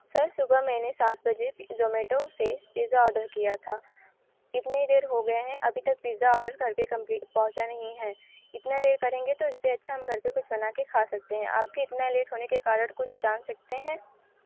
sir सुबह मैंने सात बजे जोमेटो से पिज़्ज़ा ऑर्डर किया था इतने देर हो गई है अभी तक पिज़्ज़ा ऑर्डर घर पर कॉम्प पहुंचा नहीं है इतना देर करेंगे तो इससे अच्छा हम घर पर कुछ बना के खा सकते हैं आप के इतना लेट होने का कारण कुछ जान सकते हैं